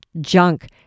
junk